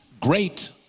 great